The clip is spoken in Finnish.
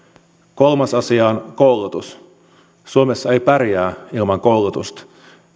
kolmas asia on koulutus suomessa ei pärjää ilman koulutusta